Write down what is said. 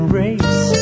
race